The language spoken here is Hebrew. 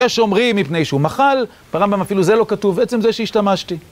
יש אומרים מפני שהוא מחל, ברמב״ם אפילו זה לא כתוב, עצם זה שהשתמשתי.